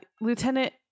Lieutenant